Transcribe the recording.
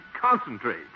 Concentrate